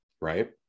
right